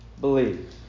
believe